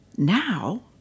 Now